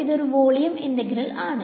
ഇതൊരു volume integral ആണ്